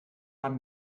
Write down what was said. haben